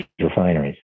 refineries